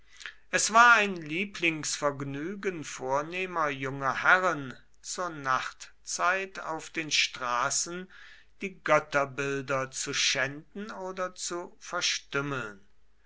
es war ein lieblingsvergnügen vornehmer junger herren zur nachtzeit auf den straßen die götterbilder zu schänden oder zu verstümmeln